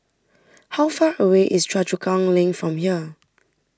how far away is Choa Chu Kang Link from here